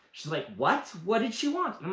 she's like, what? what did she want? i'm